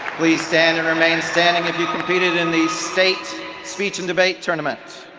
please stand and remain standing if you competed in the state speech and debate tournament.